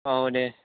औ दे